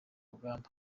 rugamba